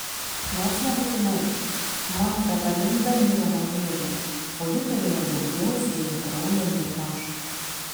nors nebūtinai mano teta linda mirė nuo vėžio o ji turėjo daugiau fėjų kraujo nei aš